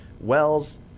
Wells